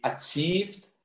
achieved